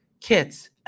kits